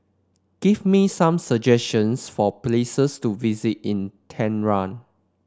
give me some suggestions for places to visit in Tehran